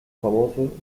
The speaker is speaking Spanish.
famoso